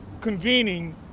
convening